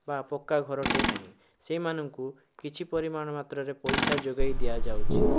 ବା ପକ୍କାଘରଟିଏ ନାହିଁ ସେଇମାନଙ୍କୁ କିଛି ପରିମାଣ ମାତ୍ରାରେ ପଇସା ଯୋଗାଇ ଦିଆଯାଉଛି